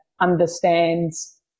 understands